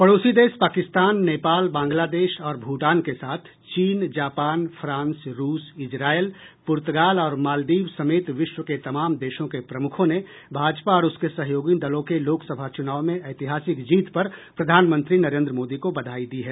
पड़ोसी देश पाकिस्तान नेपाल बंगलादेश और भूटान के साथ चीन जापान फ्रांस रूस इजरायल पूर्तगाल और मालदीव समेत विश्व के तमाम देशों के प्रमुखों ने भाजपा और उसके सहयोगी दलों के लोकसभा चूनाव में ऐतिहासिक जीत पर प्रधानमंत्री नरेंद्र मोदी को बधाई दी है